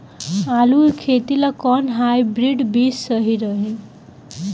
आलू के खेती ला कोवन हाइब्रिड बीज सही रही?